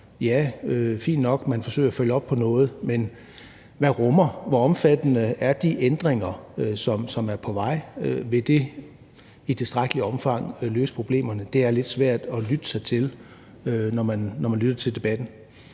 er fint nok, at man forsøger at følge op på noget, men hvor omfattende er de ændringer, som er på vej? Vil de i tilstrækkeligt omfang løse problemerne? Det er lidt svært at lytte sig til, når man lytter til debatten.